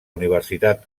universitat